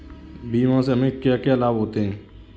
बीमा से हमे क्या क्या लाभ होते हैं?